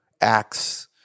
acts